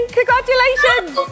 Congratulations